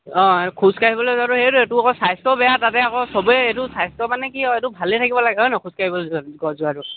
অঁ এই খোজকাাঢ়িবলৈ যোৱাটো সেইটোৱেই তোৰ আকৌ এইটো স্বাস্থ্য বেয়া তাতে আকৌ চবেই এইটো স্বাস্থ্য মানে কি হয় এইটো ভালেই থাকিব লাগে হয় নহয় খোজকাঢ়িবলৈ যোৱাটো